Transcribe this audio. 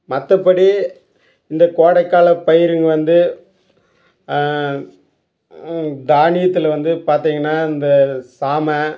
மற்றபடி இந்த கோடைக்கால பயிருங்கள் வந்து தானியத்தில் வந்து பார்த்தீங்கனா அந்த சாமை